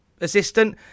assistant